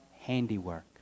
handiwork